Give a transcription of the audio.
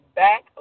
back